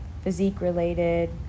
physique-related